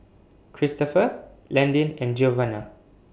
Cristopher Landyn and Giovanna